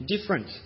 different